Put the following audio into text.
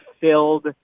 filled